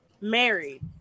Married